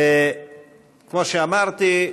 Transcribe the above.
כמו שאמרתי,